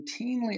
routinely